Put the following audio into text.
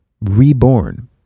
reborn